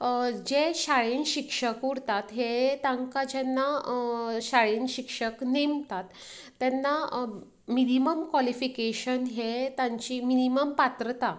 जे शाळेंत शिक्षक उरतात हें तांकां जेन्ना शाळेंत शिक्षक नेमतात तेन्ना मिनीमम कॉलिफीकेशन हें तांची मिनीमम पात्रता